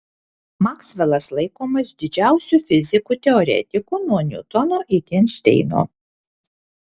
maksvelas laikomas didžiausiu fiziku teoretiku nuo niutono iki einšteino